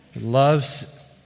loves